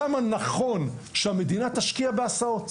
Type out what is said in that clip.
כמה נכון שהמדינה תשקיע בהסעות.